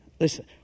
listen